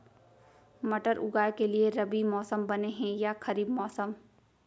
मटर उगाए के लिए रबि मौसम बने हे या खरीफ मौसम?